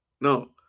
no